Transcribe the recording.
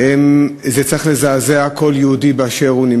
זה צריך לזעזע כל יהודי באשר הוא,